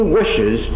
wishes